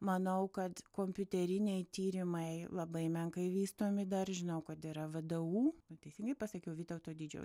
manau kad kompiuteriniai tyrimai labai menkai vystomi dar žinau kad yra vdu teisingai pasakiau vytauto didžiojo